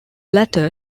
latter